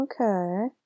Okay